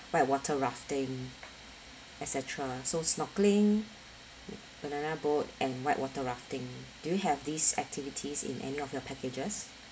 whitewater rafting etcetera so snorkeling mm banana boat and whitewater rafting do you have these activities in any of your packages